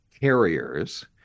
carriers